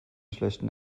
schlechten